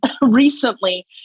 recently